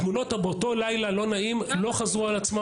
התמונות באותו לילה, לא נעים, לא חזרו על עצמן